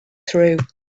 through